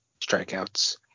strikeouts